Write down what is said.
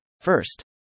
first